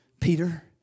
Peter